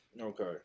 okay